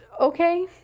Okay